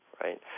right